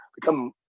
become